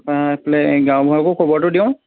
এইফালে গাঁওবুঢ়াকো খবৰটো দিওঁ